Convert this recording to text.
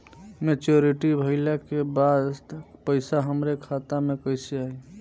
Maturity भईला के बाद पईसा हमरे खाता में कइसे आई?